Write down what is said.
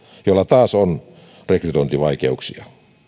joilla taas on rekrytointivaikeuksia